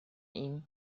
ihm